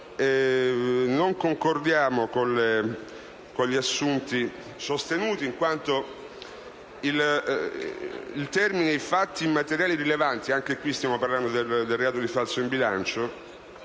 non concordiamo con gli assunti sostenuti in ordine all'espressione «fatti materiali rilevanti». Anche qui stiamo parlando del reato di falso in bilancio.